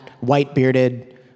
white-bearded